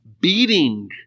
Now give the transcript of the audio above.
beating